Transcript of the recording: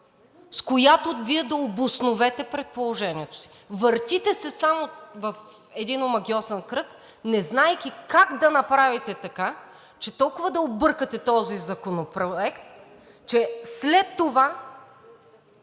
с която Вие да обосновете предположението си. Въртите се само в един омагьосан кръг, не знаейки как да направите така, че толкова да объркате този законопроект, че след това